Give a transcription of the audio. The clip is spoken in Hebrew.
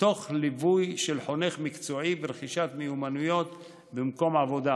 תוך ליווי של חונך מקצועי ורכישת מיומנויות במקום העבודה.